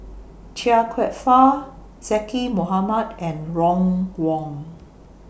Chia Kwek Fah Zaqy Mohamad and Ron Wong